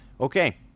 okay